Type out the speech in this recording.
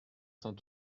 sainte